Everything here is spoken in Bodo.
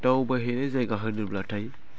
दावबाय हैनाय जायगा होनोब्लाथाय